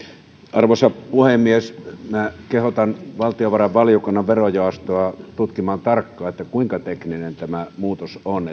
arvoisa puhemies kehotan valtiovarainvaliokunnan verojaostoa tutkimaan tarkkaan kuinka tekninen tämä muutos on